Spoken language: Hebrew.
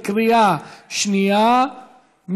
בקריאה שנייה.